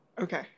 Okay